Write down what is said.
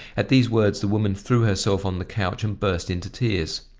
at these words the woman threw herself on the couch and burst into tears.